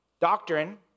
Doctrine